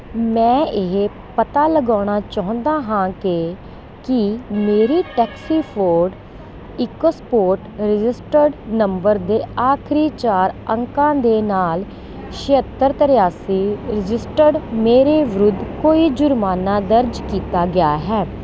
ਮੈਂ ਇਹ ਪਤਾ ਲਗਾਉਣਾ ਚਾਹੁੰਦਾ ਹਾਂ ਕਿ ਕੀ ਮੇਰੇ taxi Ford EcoSport registered number ਦੇ ਆਖਰੀ ਚਾਰ ਅੰਕਾਂ ਦੇ ਨਾਲ ਛਿਅੱਤਰ ਤਰਿਆਸੀ ਰਜਿਸਟਰਡ ਮੇਰੇ ਵਿਰੁੱਧ ਕੋਈ ਜੁਰਮਾਨਾ ਦਰਜ ਕੀਤਾ ਗਿਆ ਹੈ